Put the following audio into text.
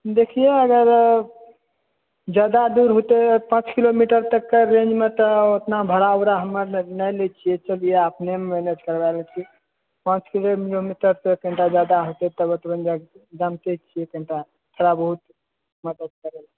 देखियौ अगर ज्यादा दूर होतै पाँच किलोमीटर तकके रेंजमे तऽ उतना भाड़ा उड़ा हम आर नहि लैत छियै अपनेमे मैनेज करवा लैत छियै पाँच किलोमीटरसँ कनिटा ज्यादा हेतै तऽ थोड़ा बहुत मदद